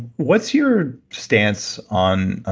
what's your stance on,